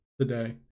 today